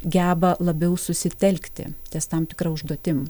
geba labiau susitelkti ties tam tikra užduotim